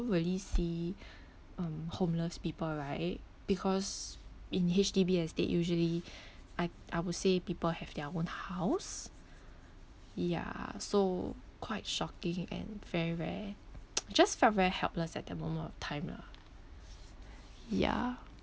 really see um homeless people right because in H_D_B estate usually I I would say people have their own house ya so quite shocking and very rare just felt very helpless at that moment of time lah ya